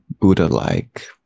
Buddha-like